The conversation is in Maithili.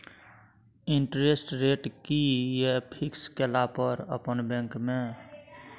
इंटेरेस्ट रेट कि ये फिक्स केला पर अपन बैंक में?